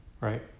Right